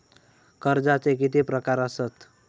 कर्जाचे किती प्रकार असात?